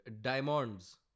diamonds